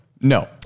No